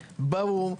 ברור,